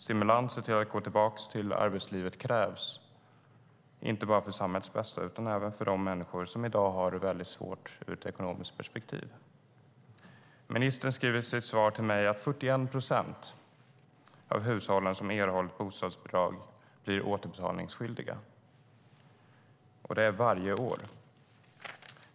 Stimulanser för att gå tillbaka till arbetslivet krävs, inte bara för samhällets bästa utan även för de människor som i dag har det väldigt svårt ur ett ekonomiskt perspektiv. Ministern skriver i sitt svar till mig att 41 procent av de hushåll som erhållit bostadsbidrag blir återbetalningsskyldiga och det varje år.